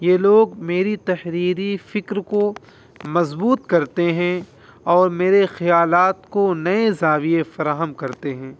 یہ لوگ میری تحریری فکر کو مضبوط کرتے ہیں اور میرے خیالات کو نئے زاویے فراہم کرتے ہیں